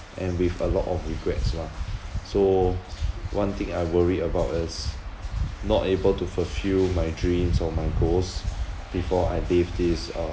and with a lot of regrets lah so one thing I worry about is not able to fulfill my dreams or my goals before I leave this uh